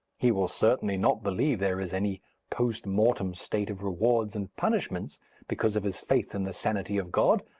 he will certainly not believe there is any post mortem state of rewards and punishments because of his faith in the sanity of god,